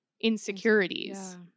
insecurities